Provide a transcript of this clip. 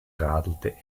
radelte